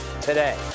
today